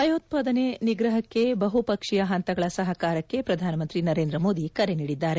ಭಯೋತ್ಪಾದನೆ ನಿಗ್ರಹಕ್ಕೆ ಬಹುಪಕ್ಷೀಯ ಹಂತಗಳ ಸಹಕಾರಕ್ಕೆ ಪ್ರಧಾನಮಂತ್ರಿ ನರೇಂದ್ರ ಮೋದಿ ಕರೆ ನೀಡಿದ್ದಾರೆ